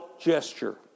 gesture